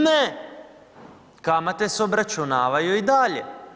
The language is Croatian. Ne, kamate se obračunavaju i dalje.